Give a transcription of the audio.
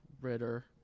Ritter